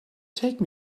take